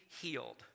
healed